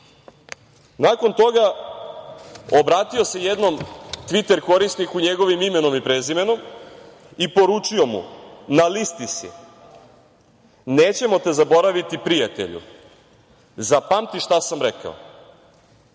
toga, obratio se jednom tviter korisniku njegovim imenom i prezimenom, i poručio mu – na listi si, nećemo te zaboraviti prijatelju, zapamti šta sam rekao.